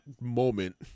moment